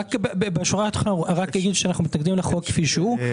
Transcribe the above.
רק אומר שאנו מתנגדים לחוק כפי שהוא,